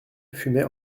fumait